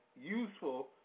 useful